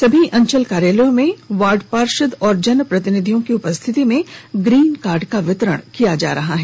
सभी अंचल कार्यालयों में वार्ड पार्षद और जन प्रतिनिधियों की उपस्थिति में ग्रीन कार्ड का वितरण किया जा रहा है